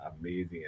amazing